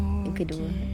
oh okay